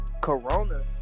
Corona